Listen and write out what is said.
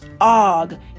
Og